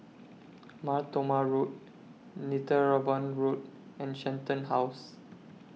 Mar Thoma Road Netheravon Road and Shenton House